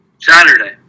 Saturday